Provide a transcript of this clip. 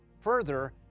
Further